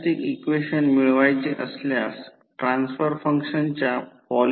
तर आणखी एक म्हणजे 500 KVA हे एक पूर्ण भार रेटिंग 500 केव्हीए KVA रोहीत्र R2200 500 व्होल्ट आहे